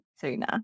sooner